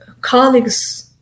colleagues